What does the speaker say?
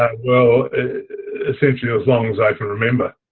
ah since yeah ah as long as i can remember